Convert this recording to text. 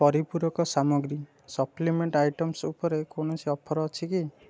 ପରିପୂରକ ସାମଗ୍ରୀ supplement items ଉପରେ କୌଣସି ଅଫର୍ ଅଛି କି